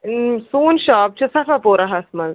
سون شاپ چھُ صفا پوٗراہس منٛز